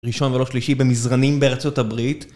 ראשון או לא שלישי במזרנים בארצות הברית